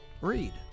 Read